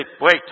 wait